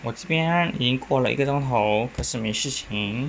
我这边已经过了一个钟头可是没事情